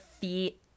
feet